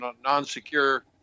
non-secure